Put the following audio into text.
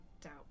doubt